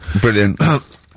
Brilliant